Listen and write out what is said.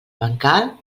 bancal